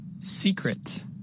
Secret